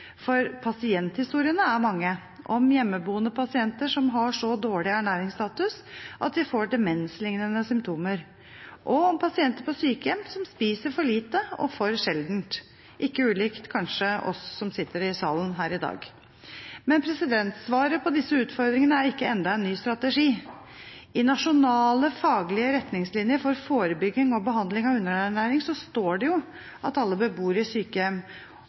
for pasienthistoriene er mange, om hjemmeboende pasienter som har så dårlig ernæringsstatus at de får demenslignende symptomer, og om pasienter på sykehjem som spiser for lite og for sjeldent – ikke ulikt oss som sitter i salen her i dag, kanskje. Men svaret på disse utfordringene er ikke enda en ny strategi. I Nasjonale faglige retningslinjer for forebygging og behandling av underernæring står det: «Alle beboere i